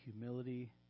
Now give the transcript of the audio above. humility